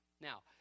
Now